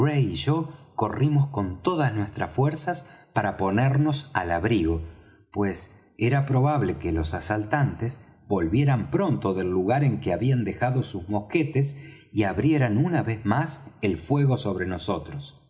yo corrimos con todas nuestras fuerzas para ponernos al abrigo pues era probable que los asaltantes volvieran pronto del lugar en que habían dejado sus mosquetes y abrieran una vez más el fuego sobre nosotros